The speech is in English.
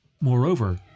Moreover